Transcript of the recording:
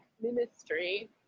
ministry